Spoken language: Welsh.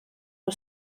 nhw